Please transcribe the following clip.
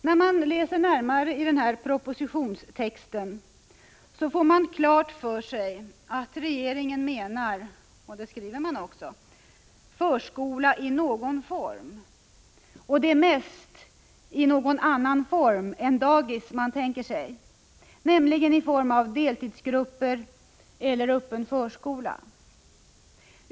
När man läser närmare i propositionstexten får man klart för sig att regeringen menar — och det skriver man också — förskola ”i någon form”, och det är mest i annan form än dagis, nämligen i form av deltidsgrupper eller öppen förskola.